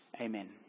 Amen